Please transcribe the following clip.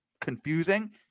confusing